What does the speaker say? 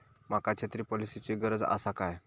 माका छत्री पॉलिसिची गरज आसा काय?